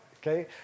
Okay